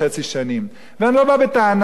ואני לא בא בטענה למה לא הזכרתם,